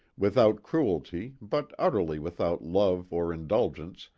without cruelty but utterly without love or indulgence,